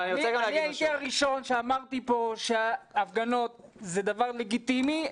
אני הייתי הראשון שאמרתי פה שהפגנות זה דבר לגיטימי.